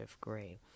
grade